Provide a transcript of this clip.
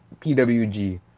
PWG